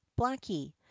blackie